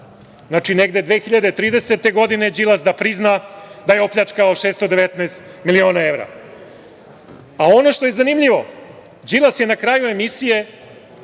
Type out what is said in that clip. sada, negde 2030. godine, Đilas da prizna da je opljačkao 619 miliona evra. Ono što je zanimljivo, Đilas je na kraju emisije,